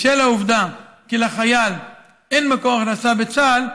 בשל העובדה שלחייל אין מקור הכנסה בצה"ל,